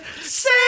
say